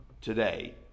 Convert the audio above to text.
today